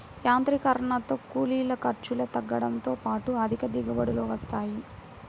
యాంత్రీకరణతో కూలీల ఖర్చులు తగ్గడంతో పాటు అధిక దిగుబడులు వస్తాయి